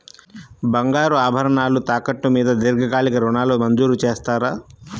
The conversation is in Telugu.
బంగారు ఆభరణాలు తాకట్టు మీద దీర్ఘకాలిక ఋణాలు మంజూరు చేస్తారా?